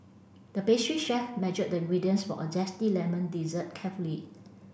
the pastry chef measured the ingredients for a zesty lemon dessert carefully